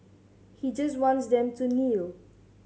he just wants them to kneel